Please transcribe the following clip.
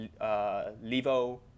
Levo